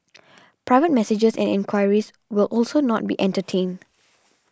private messages and enquiries will also not be entertained